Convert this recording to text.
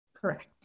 Correct